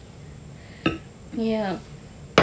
ya